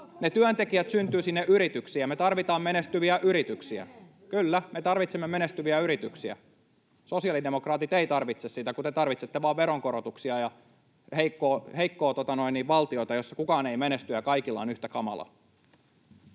työntekijät syntyvät sinne yrityksiin, ja me tarvitaan menestyviä yrityksiä. — Kyllä, me tarvitsemme menestyviä yrityksiä. Sosiaalidemokraatit eivät tarvitse, te tarvitsette vaan veronkorotuksia ja heikkoa valtiota, jossa kukaan ei menesty ja kaikilla on yhtä kamalaa.